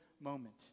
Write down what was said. moment